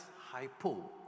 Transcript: hypo